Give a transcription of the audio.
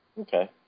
Okay